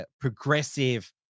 progressive